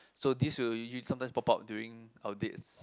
so this will usually sometimes pop out during our dates